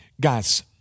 Guys